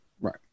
Right